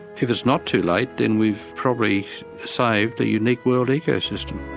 if it's not too late then we've probably saved a unique world ecosystem